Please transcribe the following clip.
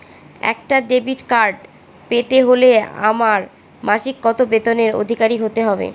একটা debit card পেতে হলে আমার মাসিক কত বেতনের অধিকারি হতে হবে?